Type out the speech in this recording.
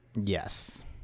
Yes